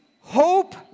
hope